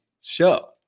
show